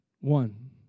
One